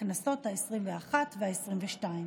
הכנסת בכנסות העשרים-ואחת והעשרים-ושתיים.